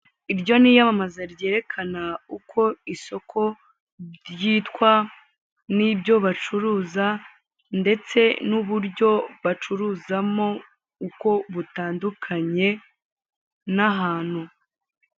Iryo ni iyampamaza ryerekana uko isoko ryitwa n'ibyo bacuruza ndetse n'uburyo bacuruzamo uko butandukanye n'ahantu.